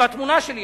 עם התמונה שלי,